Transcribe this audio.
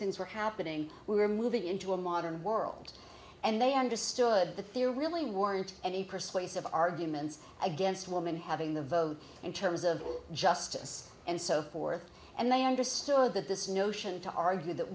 things were happening we were moving into a modern world and they understood the theory really weren't any persuasive arguments against women having the vote in terms of justice and so forth and they understood that this notion to argue that